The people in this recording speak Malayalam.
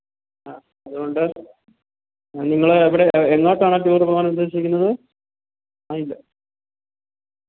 അ അതുകൊണ്ട് നിങ്ങൾ എവിടെ എങ്ങോട്ടാണ് ടൂർ പോകാനുദ്ദേശിക്കുന്നത് ആയില്ല